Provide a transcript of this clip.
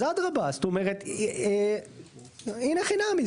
אז אדרבא, זאת אומרת, הנה חינמי.